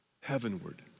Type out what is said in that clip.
heavenward